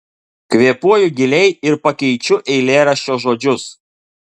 kvėpuoju giliai ir pakeičiu eilėraščio žodžius